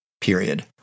Period